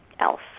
else